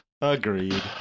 agreed